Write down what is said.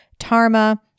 Tarma